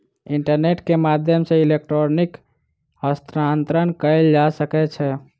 internet के माध्यम सॅ इलेक्ट्रॉनिक हस्तांतरण कयल जा सकै छै